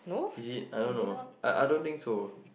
is it I don't know I I don't think so